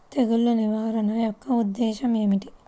తెగులు నిర్వహణ యొక్క ఉద్దేశం ఏమిటి?